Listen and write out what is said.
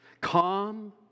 calm